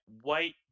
white